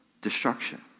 destruction